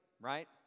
right